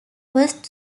first